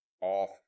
Off